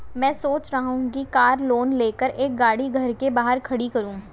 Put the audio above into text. मैं सोच रहा हूँ कि कार लोन लेकर एक गाड़ी घर के बाहर खड़ी करूँ